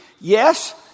Yes